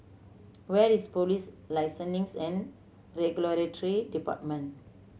where is Police Listening and Regulatory Department